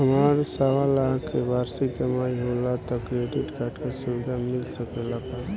हमार सवालाख के वार्षिक कमाई होला त क्रेडिट कार्ड के सुविधा मिल सकेला का?